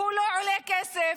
שהוא שלא עולה כסף,